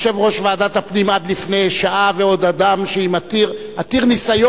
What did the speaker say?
יושב-ראש ועדת הפנים עד לפני שעה ואדם עתיר ניסיון,